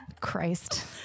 Christ